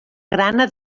grana